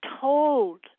told